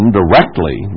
directly